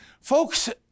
Folks